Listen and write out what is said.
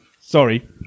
Sorry